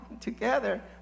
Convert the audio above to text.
together